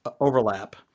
overlap